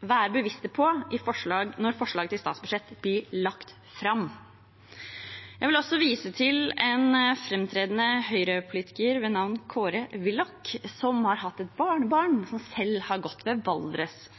være bevisste på når forslaget til statsbudsjett blir lagt fram. Jeg vil også vise til en framtredende Høyre-politiker ved navn Kåre Willoch, som har et barnebarn som selv har gått på Valdres